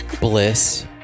bliss